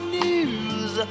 news